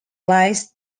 lies